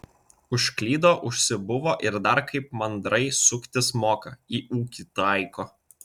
užklydo užsibuvo ir dar kaip mandrai suktis moka į ūkį taiko